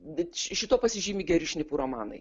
bet šituo pasižymi geri šnipų romanai